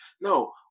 No